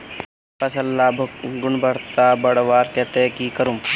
फसल लार गुणवत्ता बढ़वार केते की करूम?